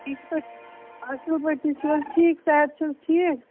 ٹھیٖک پٲٹھۍ اَصٕل پٲٹھۍ تُہۍ چھِو حظ ٹھیٖک صحت چھِو حظ ٹھیٖک